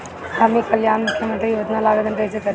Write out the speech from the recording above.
हम ई कल्याण मुख्य्मंत्री योजना ला आवेदन कईसे करी?